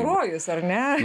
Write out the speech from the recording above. rojus ar ne